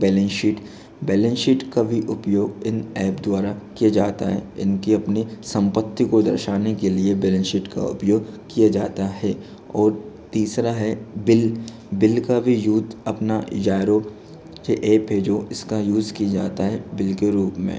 balance sheet balance sheet का भी उपयोग इन ऐप द्वारा किए जाता है इनकी अपनी संपत्ति को दर्शाने के लिए बैलेंस शीट का उपयोग किया जाता है और तीसरा है बिल बिल का भी यूथ अपना ज़ायरो ये ऐप है जो इसका यूज़ किए जाता है बिल के रूप में